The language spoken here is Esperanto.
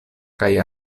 kaj